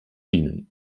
dienen